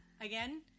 again